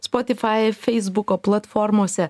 spotyfai feisbuko platformose